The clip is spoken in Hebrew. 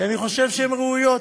שאני חושב שהן ראויות.